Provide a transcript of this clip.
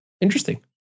interesting